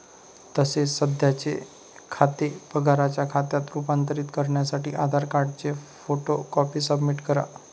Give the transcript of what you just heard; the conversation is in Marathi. तसेच सध्याचे खाते पगाराच्या खात्यात रूपांतरित करण्यासाठी आधार कार्डची फोटो कॉपी सबमिट करा